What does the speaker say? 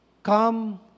come